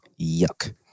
Yuck